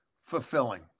fulfilling